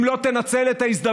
אם לא תנצל את ההזדמנות,